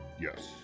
Yes